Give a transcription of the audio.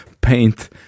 paint